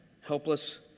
helpless